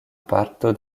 parto